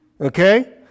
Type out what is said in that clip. Okay